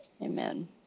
Amen